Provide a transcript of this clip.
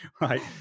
right